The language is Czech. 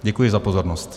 Děkuji za pozornost.